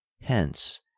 hence